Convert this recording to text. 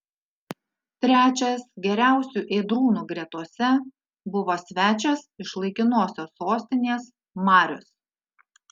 trečias geriausių ėdrūnų gretose buvo svečias iš laikinosios sostinės marius